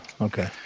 okay